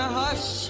hush